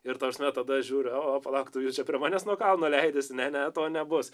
ir ta prasme tada žiūriu o o palauk tu gi čia prie manęs nuo kalno leidiesi ne ne to nebus